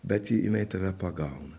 bet ji jinai tave pagauna